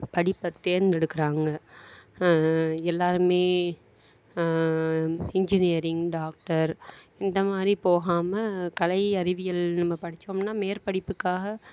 படிப்பை தேர்ந்தெடுக்கிறாங்க எல்லோருமே இன்ஜினியரிங் டாக்டர் இந்தமாதிரி போகாமல் கலை அறிவியல் நம்ப படித்தோம்னா மேற்படிப்புக்காக